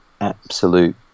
absolute